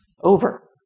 over